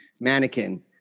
mannequin